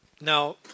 Now